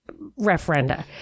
referenda